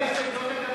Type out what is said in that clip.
שם החוק נתקבל.